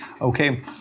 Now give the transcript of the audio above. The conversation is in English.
Okay